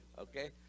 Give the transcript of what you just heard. okay